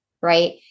right